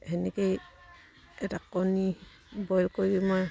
সেনেকেই এটা কণী বইল কৰি মই